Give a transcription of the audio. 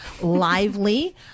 Lively